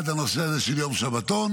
אחד, הנושא של יום שבתון.